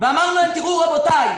ואמרנו להם: רבותיי,